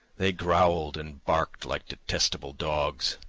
they growled and barked like detestable dogs,